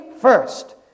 first